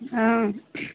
अब